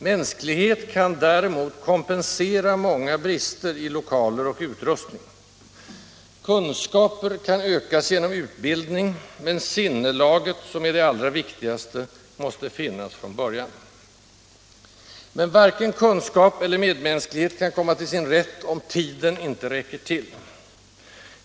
Mänsklighet kan däremot kompensera många brister i lokaler och utrustning: Kunskaper kan ökas genom utbildning, men sinnelaget - som är det allra viktigaste — måste finnas från början. Men varken kunskap eller medmänsklighet kan komma till sin rätt om tiden inte räcker till.